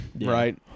right